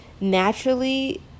naturally